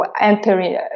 entering